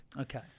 Okay